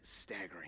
staggering